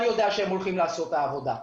אני יודע שהם הולכים לעשות את העבודה.